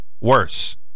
worse